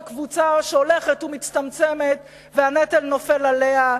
קבוצה שהולכת ומצטמצמת והנטל נופל עליה,